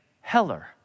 heller